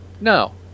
no